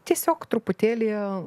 tiesiog truputėlį